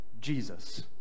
Jesus